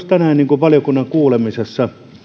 tänään valiokunnan kuulemisessa